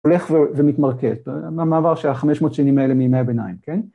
‫הולך ומתמרכז, מעבר ‫שה-500 שנים האלה מימי הביניים, כן?